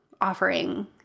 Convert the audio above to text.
offering